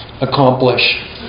accomplish